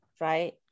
right